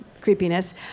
creepiness